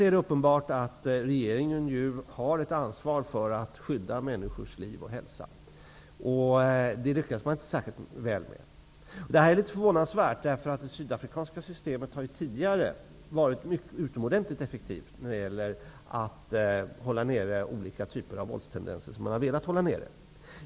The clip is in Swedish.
Det är uppenbart att regeringen har ett ansvar för att skydda människors liv och hälsa, och det lyckas man inte särskilt väl med. Det är litet förvånansvärt -- det sydafrikanska systemet har ju tidigare varit utomordentligt effektivt när det gällt att hålla nere olika typer av våldstendenser som man har velat hålla nere.